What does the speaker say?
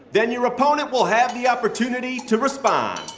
then your opponent will have the opportunity to respond.